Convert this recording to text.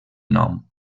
nom